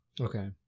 Okay